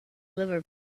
liver